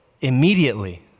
immediately